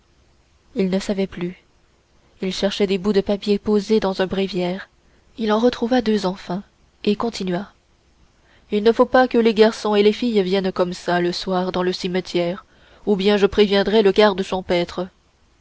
il ne savait plus il cherchait les bouts de papier posés dans un bréviaire il en retrouva deux enfin et continua il ne faut pas que les garçons et les filles viennent comme ça le soir dans le cimetière ou bien je préviendrai le